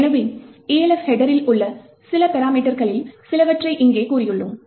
எனவே Elf ஹெட்டரில் உள்ள சில பராமீட்டர்களில் சிலவற்றை இங்கே கூறியுள்ளோம்